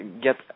get